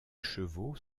chevaux